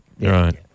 right